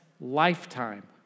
lifetime